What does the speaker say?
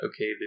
okay